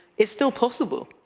it's still possible.